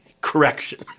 correction